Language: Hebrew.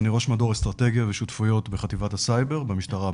אני ראש מדור אסטרטגיה ושותפויות בחטיבת הסייבר במשטרה,